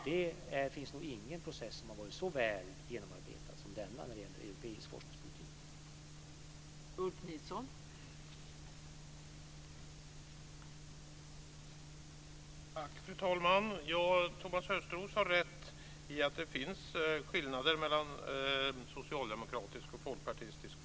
Det finns nog ingen process som har varit så väl genomarbetad som denna när det gäller europeisk forskningspolitik.